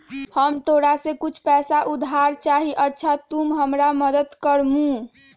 हमरा तोरा से कुछ पैसा उधार चहिए, अच्छा तूम हमरा मदद कर मूह?